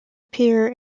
appear